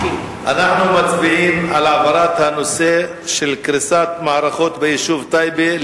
אנחנו מצביעים על העברת הנושא: קריסת מערכות בטייבה,